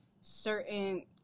certain